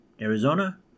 Arizona